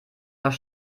noch